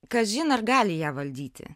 kažin ar gali ją valdyti